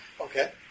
Okay